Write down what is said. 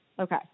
Okay